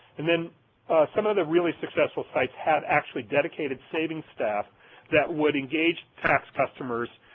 and then some of the really successful sites had actually dedicated saving staff that would engage tax customers,